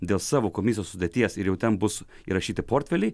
dėl savo komisijos sudėties ir jau ten bus įrašyti portfeliai